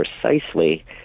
precisely